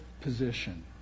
position